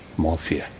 more fear,